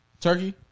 Turkey